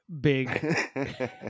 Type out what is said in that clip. Big